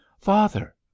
Father